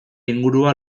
ingurua